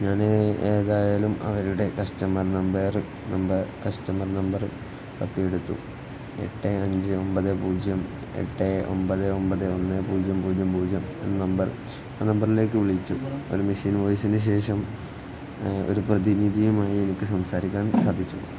ഞാന് ഏതായാലും അവരുടെ customer number number customer number തപ്പിയെടുത്തു എട്ട് അഞ്ച് ഒന്പത് പൂജ്യം എട്ട് ഒന്പത് ഒന്പത് ഒന്ന് പൂജ്യം പൂജ്യം പൂജ്യം എന്ന നമ്പർ ആ നമ്പറിലേക്കു വിളിച്ചു ഒരു മെഷീൻ വോയിസിനുശേഷം ഒരു പ്രതിനിധിയുമായി എനിക്കു സംസാരിക്കാൻ സാധിച്ചു